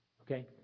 okay